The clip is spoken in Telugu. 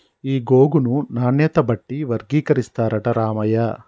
ఈ గోగును నాణ్యత బట్టి వర్గీకరిస్తారట రామయ్య